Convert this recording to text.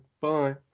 Bye